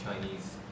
Chinese